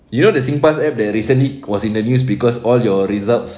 you know the singpass app the recently was in the news cause all your results